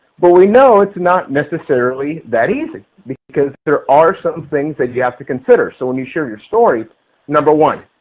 but we know it's not necessarily that easy because there are some things that you have to consider so when you share your story number one,